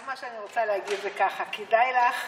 מה שאני רוצה להגיד זה ככה: כדאי לך,